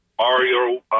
Mario